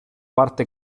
parte